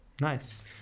nice